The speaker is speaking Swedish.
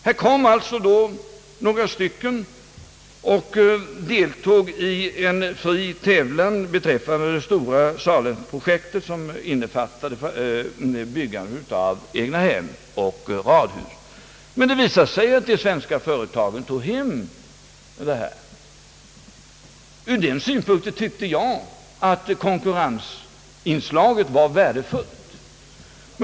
Det kom alltså några stycken finska byggmästare och deltog i en fri tävlan beträffande det stora Salem-projektet, som innefattade byggandet av egnahem och radhus. Det visade sig emellertid att de svenska företagen tog hem ordern. Ur den synpunkten tycker jag att konkur rensinslaget var värdefullt.